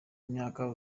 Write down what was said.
myaka